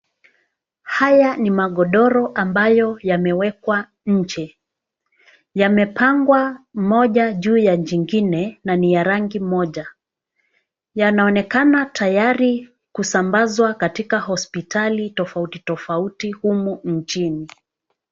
Haya ni magodoro ambayo yamewekwa nje. Yamepangwa moja juu ya jingine na ni ya rangi moja. Yanaonekana tayari kusambazwa katika hospitali tofauti tofauti humu nchini.